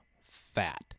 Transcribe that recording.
fat